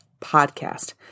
podcast